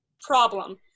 problem